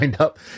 up